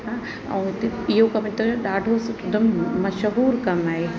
ऐं हिते इहो कमु हितां जो ॾाढो सु हिकदमि मशहूरु कमु आहे